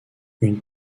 une